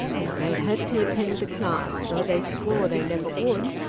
and they had to attend the class, though they swore they never would,